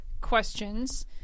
questions